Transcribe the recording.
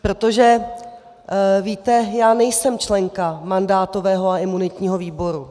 Protože, víte, já nejsem členka mandátového a imunitního výboru.